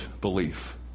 belief